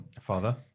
father